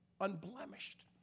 unblemished